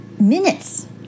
minutes